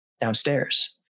downstairs